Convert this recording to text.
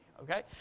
Okay